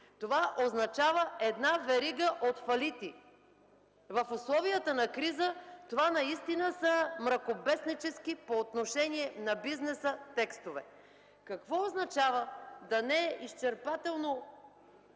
Това означава верига от фалити. В условията на криза това наистина са мракобеснически, по отношение на бизнеса, текстове. Какво означава да не са изчерпателно